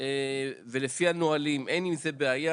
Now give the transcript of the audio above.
ולפי הנהלים אין עם זה בעיה,